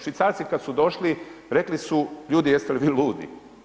Švicarci kad su došli, rekli su, ljudi jeste li vi ludi?